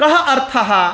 कः अर्थः